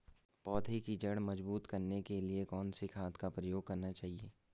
पौधें की जड़ मजबूत करने के लिए कौन सी खाद का प्रयोग करना चाहिए?